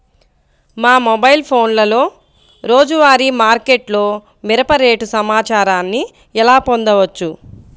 మా మొబైల్ ఫోన్లలో రోజువారీ మార్కెట్లో మిరప రేటు సమాచారాన్ని ఎలా పొందవచ్చు?